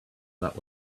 that